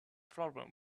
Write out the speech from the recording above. problem